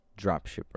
dropshipper